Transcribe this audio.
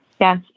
yes